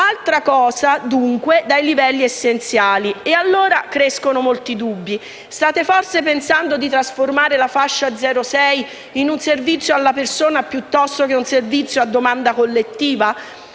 definizione diversa dai livelli essenziali e allora crescono molti dubbi. State forse pensando di trasformare la fascia 0-6 in un servizio alla persona, piuttosto che un servizio a domanda collettiva?